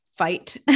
fight